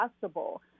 possible